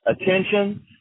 attention